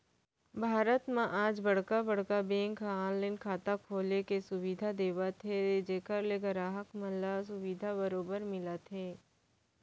भारत म आज बड़का बड़का बेंक ह ऑनलाइन खाता खोले के सुबिधा देवत हे जेखर ले गराहक मन ल सुबिधा बरोबर मिलत हे